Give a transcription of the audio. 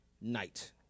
night